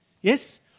Yes